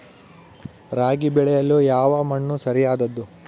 ರಾಗಿ ಬೆಳೆಯಲು ಯಾವ ಮಣ್ಣು ಸರಿಯಾದದ್ದು?